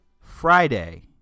Friday